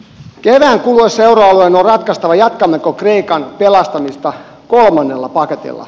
kevään kuluessa euroalueen on ratkaistava jatkammeko kreikan pelastamista kolmannella paketilla